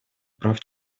прав